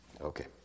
Okay